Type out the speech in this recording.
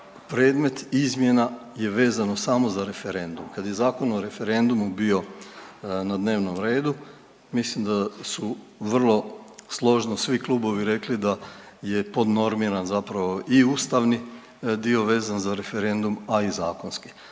predmet izmjena je vezano samo za referendum. Kad je Zakon o referendumu bio na dnevnom redu, mislim da su vrlo složno svi klubovi rekli da je podnormiran zapravo i ustavni dio vezan za referendum, a i zakonski.